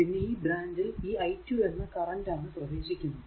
പിന്നെ ഈ ബ്രാഞ്ചിൽ ഈ i 2 എന്ന കറന്റ് ആണ് പ്രവേശിക്കുന്നത്